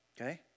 Okay